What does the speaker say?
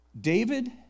David